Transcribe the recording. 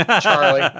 Charlie